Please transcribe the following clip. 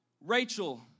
Rachel